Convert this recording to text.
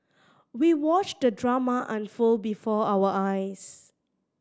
we watched the drama unfold before our eyes